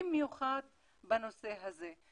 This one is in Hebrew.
במיוחד בנושא הזה.